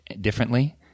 differently